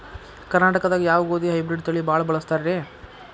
ಕರ್ನಾಟಕದಾಗ ಯಾವ ಗೋಧಿ ಹೈಬ್ರಿಡ್ ತಳಿ ಭಾಳ ಬಳಸ್ತಾರ ರೇ?